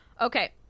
Okay